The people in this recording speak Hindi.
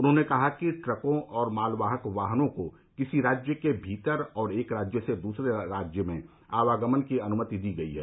उन्होंने कहा कि ट्रकों और मालवाहक वाहनों के किसी राज्य के भीतर और एक राज्य से दूसरे राज्य में आवागमन की अनुमति दी गई है